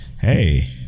Hey